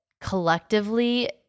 collectively